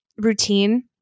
routine